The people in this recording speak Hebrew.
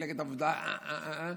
מפלגת העבודה, אה, אה.